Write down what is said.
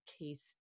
case